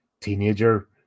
teenager